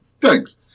thanks